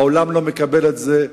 העולם לא מקבל את זה,